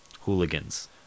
hooligans